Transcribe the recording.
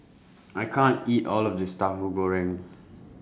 I can't eat All of This Tahu Goreng